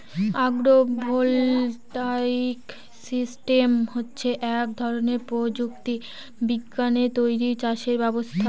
আগ্র voltaic system হচ্ছে এক ধরনের প্রযুক্তি বিজ্ঞানে তৈরী চাষের ব্যবস্থা